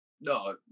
No